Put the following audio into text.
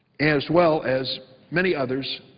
as well as many others,